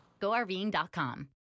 GoRVing.com